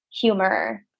humor